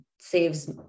saves